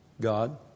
God